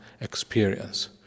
experience